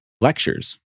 lectures